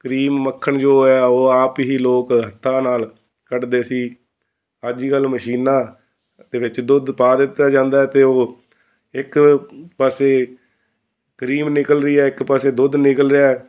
cream ਮੱਖਣ ਜੋ ਹੈ ਉਹ ਆਪ ਹੀ ਲੋਕ ਹੱਥਾਂ ਨਾਲ ਕੱਢਦੇ ਸੀ ਅੱਜ ਕੱਲ੍ਹ ਮਸ਼ੀਨਾਂ ਦੇ ਵਿੱਚ ਦੁੱਧ ਪਾ ਦਿੱਤਾ ਜਾਂਦਾ ਅਤੇ ਉਹ ਇੱਕ ਪਾਸੇ ਕਰੀਮ ਨਿਕਲ ਰਹੀ ਹੈ ਇੱਕ ਪਾਸੇ ਦੁੱਧ ਨਿਕਲ ਰਿਹਾ